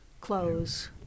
clothes